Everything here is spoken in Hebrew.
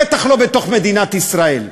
בטח לא בתוך מדינת ישראל.